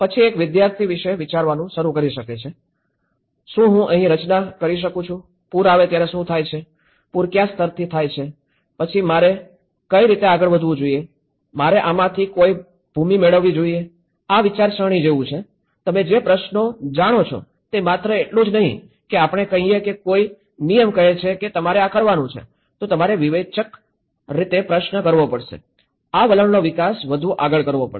પછી એક વિદ્યાર્થી વિશે વિચારવાનું શરૂ કરી શકે છે શું હું અહીં રચના કરી શકું છું પૂર આવે ત્યારે શું થાય છે પૂર કયા સ્તરથી થાય છે પછી મારે કઈ રીત આગળ વધવું જોઈએ મારે આમાંથી કોઈ ભૂમિ મેળવવી જોઈએ આ વિચારસરણી જેવું છે તમે જે પ્રશ્નો જાણો છો તે માત્ર એટલું જ નહીં કે આપણે કહીએ કે કોઈ નિયમ કહે છે કે તમારે આ કરવાનું છે તો તમારે વિવેચક રીતે પ્રશ્ન કરવો પડશે આ વલણનો વિકાસ વધુ આગળ કરવો પડશે